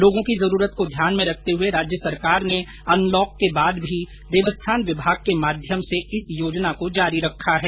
लोगों की जरूरत को ध्यान में रखते हुए राज्य सरकार ने अनलॉक के बाद भी देवस्थान विभाग के माध्यम से इस योजना को जारी रखा है